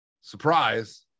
surprise